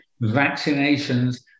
vaccinations